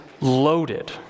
loaded